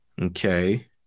Okay